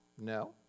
No